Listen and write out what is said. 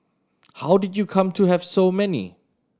how did you come to have so many